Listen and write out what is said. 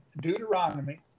Deuteronomy